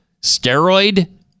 steroid